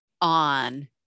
on